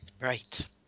Right